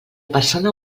persona